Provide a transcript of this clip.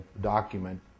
document